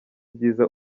ibyiza